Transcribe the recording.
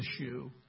issue